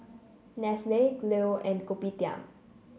Nestle Leo and Kopitiam